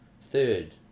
Third